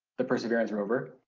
the perseverance rover,